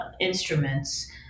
instruments